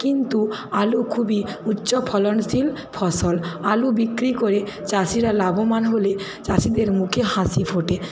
কিন্তু আলু খুবই উচ্চ ফলনশীল ফসল আলু বিক্রি করে চাষিরা লাভবান হলে চাষিদের মুখে হাসি ফোটে